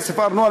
ארנונה,